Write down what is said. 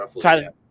Tyler